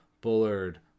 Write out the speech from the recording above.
Bullard